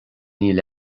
níl